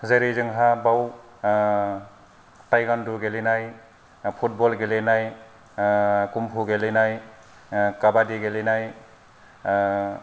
जेरै जोंहा बाव टाइखान्द गेलेनाय पुटबल गेलेनाय कंफु गेलेनाय काबाद्दि गेलेनाय